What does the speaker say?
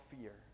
fear